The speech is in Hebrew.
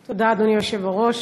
תודה, אדוני היושב-ראש.